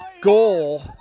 goal